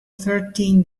thirteen